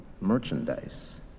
merchandise